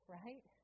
right